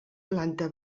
planta